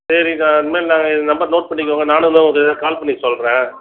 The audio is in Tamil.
சரிங்க இனிமேல் நாங்கள் இந்த நம்பர் நோட் பண்ணிக்கங்க நானும் இன்னும் ஒரு கால் பண்ணி சொல்கிறேன்